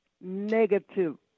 negative